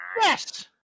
Yes